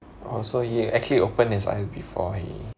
oh so he actually open his eyes before he